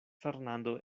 fernando